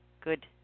Good